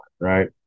right